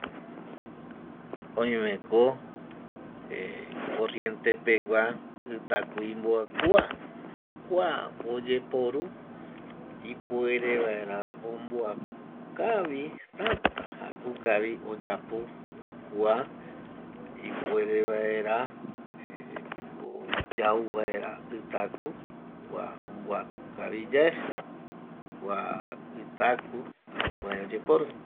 Oimeko eh korriente pegua itaku imboakua, kua oyeporu ipuere vaera omboaku kavi täta jaku kavi oyapo kua ipuere vaera eh o yau yau vaera itaku kua omboaku kavi yae kua itaku jare jukurai oyeporu